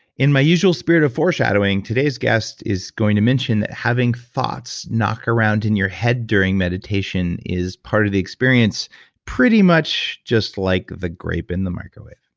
in my usual spirit of foreshadowing, today's guest is going to mention that having thoughts knock around in your head during meditation is part of the experience pretty much just like the grape in the microwave.